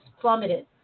plummeted